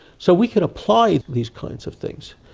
so we could apply these kinds of things.